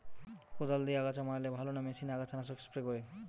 কদাল দিয়ে আগাছা মারলে ভালো না মেশিনে আগাছা নাশক স্প্রে করে?